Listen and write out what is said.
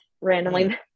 randomly